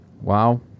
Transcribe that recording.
wow